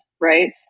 right